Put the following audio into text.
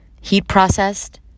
Heat-processed